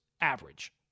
average